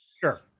Sure